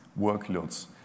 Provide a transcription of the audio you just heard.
workloads